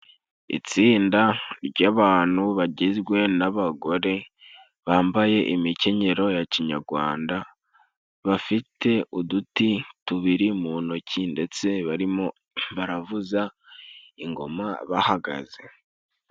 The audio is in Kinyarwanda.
Itsinda ry'abantu bagizwe n'abagore bambaye imikenyero ya kinyagwanda, bafite uduti tubiri mu ntoki ndetse barimo baravuza ingoma bahagaze.